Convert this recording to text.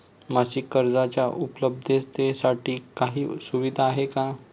मासिक कर्जाच्या उपलब्धतेसाठी काही सुविधा आहे का?